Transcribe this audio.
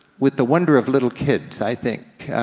with the wonder of little kids, i think.